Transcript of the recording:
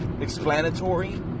explanatory